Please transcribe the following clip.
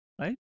right